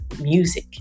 music